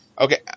okay